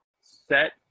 set